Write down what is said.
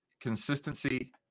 consistency